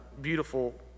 beautiful